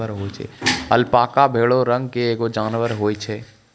alpaca भेड़ो रंग के एगो जानबर होय छै